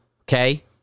okay